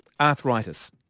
arthritis